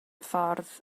ffordd